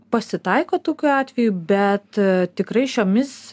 pasitaiko tokių atvejų bet tikrai šiomis